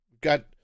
Got